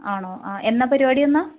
ആണോ ആ എന്നാണ് പരിപാടി എന്നാണ്